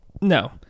No